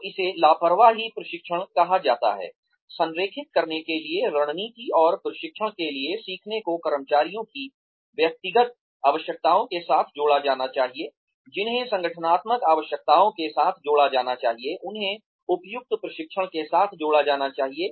तो इसे लापरवाही प्रशिक्षण कहा जाता है संरेखित करने के लिए रणनीति और प्रशिक्षण के लिए सीखने को कर्मचारियों की व्यक्तिगत आवश्यकताओं के साथ जोड़ा जाना चाहिए जिन्हें संगठनात्मक आवश्यकताओं के साथ जोड़ा जाना चाहिए जिन्हें उपयुक्त प्रशिक्षण के साथ जोड़ा जाना चाहिए